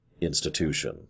institution